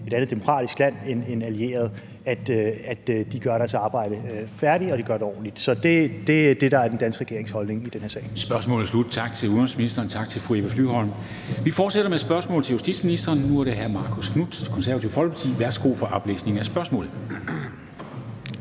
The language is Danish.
et andet demokratisk land, en allieret, skal gøre deres arbejde færdigt, og have tillid til, at de gør det ordentligt. Det er det, der er den danske regerings holdning i den her sag.